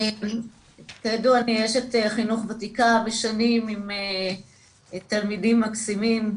כידוע אני אשת חינוך ותיקה ושנים עם תלמידים מקסימים,